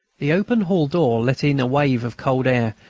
the open hall-door let in a wave of cold air,